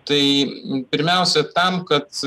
tai pirmiausia tam kad